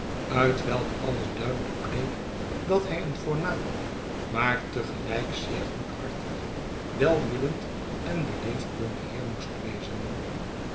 uit welk alles duidelijk bleek dat hij een voornaam maar te geltjk zeer goedhartig welwillend en beleefd jong heer moest wezen